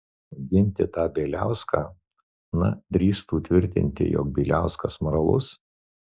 ginti tą bieliauską na drįstų tvirtinti jog bieliauskas moralus